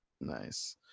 Nice